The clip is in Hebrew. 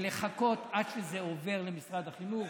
ולחכות עד שזה עובר למשרד החינוך,